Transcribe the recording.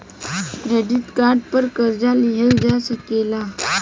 credit card पर कर्जा लिहल जा सकेला